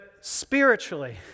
spiritually